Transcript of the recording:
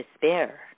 despair